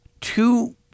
two